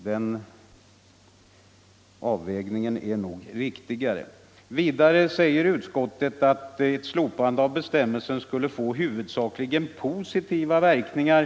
Den avvägningen är nog riktigare. Vidare anför utskottet att ett slopande av bestämmelsen skulle få huvudsakligen positiva verkningar.